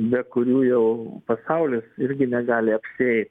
be kurių jau pasaulis irgi negali apsieit